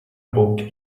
book